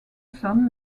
son